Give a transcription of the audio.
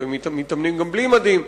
לפעמים מתאמנים גם בלי מדים,